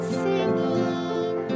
singing